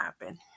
happen